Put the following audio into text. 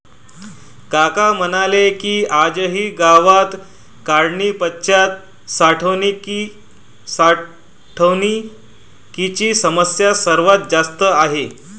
काका म्हणाले की, आजही गावात काढणीपश्चात साठवणुकीची समस्या सर्वात जास्त आहे